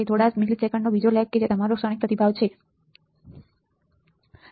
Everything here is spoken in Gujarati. થોડા મિલીસેકન્ડનો બીજો લેગ કે જે તમારો ક્ષણિક પ્રતિભાવ છે જે ક્ષણિક પ્રતિભાવ છે